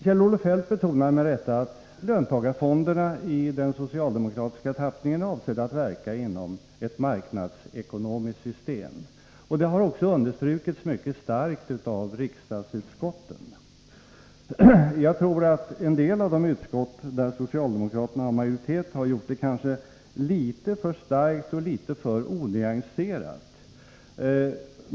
Kjell-Olof Feldt betonar med rätta att löntagarfonderna i den socialdemokratiska tappningen är avsedda att verka inom ett marknadsekonomiskt system. Det har också understrukits mycket starkt av riksdagsutskotten. Jag tror att en del av de utskott där socialdemokraterna har majoritet har gjort det kanske litet för starkt och litet för onyanserat.